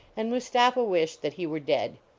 and mustapha wished that he were dead.